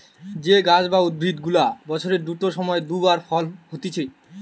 যে গাছ বা উদ্ভিদ গুলা বছরের দুটো সময় দু বার ফল হতিছে